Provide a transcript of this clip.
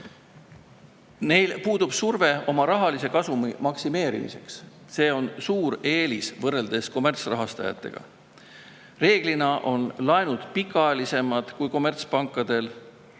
Neil puudub surve oma rahalise kasumi maksimeerimiseks. See on suur eelis võrreldes kommertsrahastajatega. Reeglina on [nende antavad] laenud pikaajalisemad kui kommertspankadel ja